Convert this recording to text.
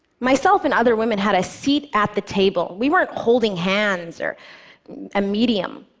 myself and other women had a seat at the table. we weren't holding hands or a medium.